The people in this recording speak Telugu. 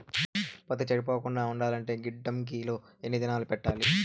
పత్తి చెడిపోకుండా ఉండాలంటే గిడ్డంగి లో ఎన్ని దినాలు పెట్టాలి?